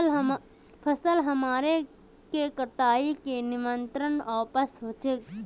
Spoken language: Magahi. फसल हमार के कटाई का नियंत्रण कपास होचे?